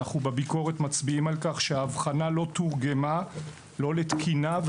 אנחנו בביקורת מצביעים על כך שההבחנה לא תורגמה לא לתקינה,